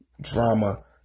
drama